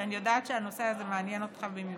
שאני יודעת שהנושא הזה מעניין אותך במיוחד,